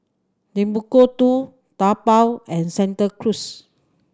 Timbuk Two Taobao and Santa Cruz